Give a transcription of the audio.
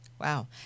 Wow